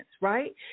right